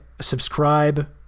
subscribe